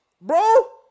Bro